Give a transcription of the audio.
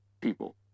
people